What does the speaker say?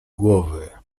głowy